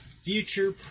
future